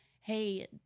hey